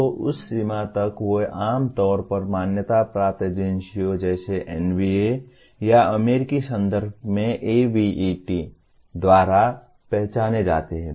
तो उस सीमा तक वे आम तौर पर मान्यता प्राप्त एजेंसियों जैसे NBA या अमेरिकी संदर्भ में ABET द्वारा पहचाने जाते हैं